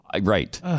Right